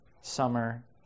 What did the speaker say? summer